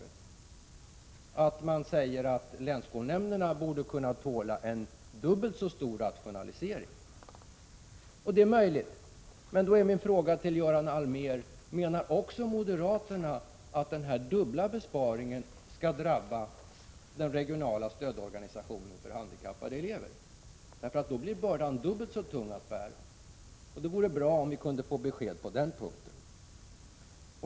Moderaterna säger att länsskolnämnderna borde kunna tåla en dubbelt så stor rationalisering. Det är möjligt. Men då är min fråga till Göran Allmér: Menar moderaterna också att den här dubbla besparingen skall drabba den regionala stödorganisationen för handikappade elever? Då blir bördan dubbelt så tung att bära. Det vore bra om vi kunde få besked på denna punkt.